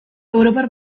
europar